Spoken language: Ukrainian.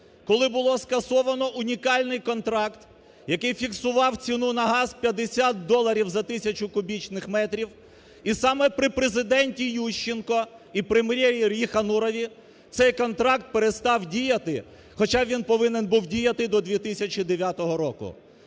коли було скасовано унікальний контракт, який фіксував ціну на газ 50 доларів за тисячу кубічних метрів. І саме при Президенті Ющенку і Прем'єрі Єханурові цей контракт перестав діяти, хоча він повинен був діяти до 2009 року.